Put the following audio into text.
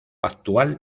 actual